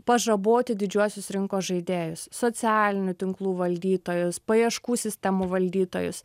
pažaboti didžiuosius rinkos žaidėjus socialinių tinklų valdytojus paieškų sistemų valdytojus